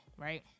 right